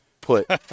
put